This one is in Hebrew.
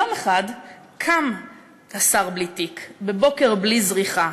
יום אחד קם השר בלי תיק בבוקר בלי זריחה,